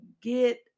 get